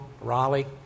Raleigh